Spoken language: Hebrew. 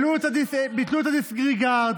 ביטלו את הדיסרגרד,